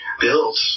built